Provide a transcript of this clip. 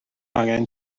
angen